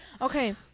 okay